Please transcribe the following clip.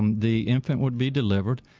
um the infant would be delivered,